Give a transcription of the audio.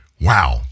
Wow